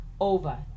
over